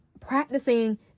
practicing